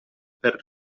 per